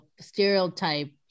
stereotype